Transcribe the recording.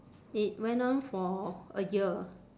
it went on for a year